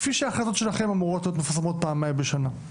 כפי שההחלטות שלכם אמורות להיות מפורסמות פעמיים בשנה.